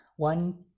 One